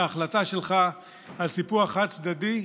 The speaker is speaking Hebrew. ההחלטה שלך על סיפוח חד-צדדי,